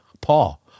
Paul